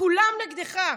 כולם נגדך.